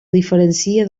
diferencia